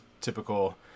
typical